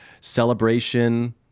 Celebration